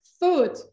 Food